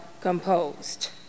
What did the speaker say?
composed